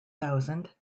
thousand